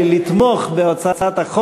הכנסת,